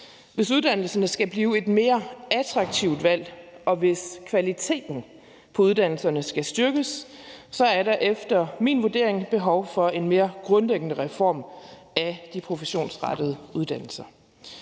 Hvis uddannelserne skal blive et mere attraktivt valg, og hvis kvaliteten på uddannelserne skal styrkes, er der efter min vurdering behov for en mere grundlæggende reform af de professionsrettede uddannelser.